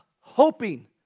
hoping